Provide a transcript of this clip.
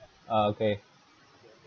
uh okay